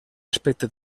aspecte